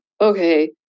okay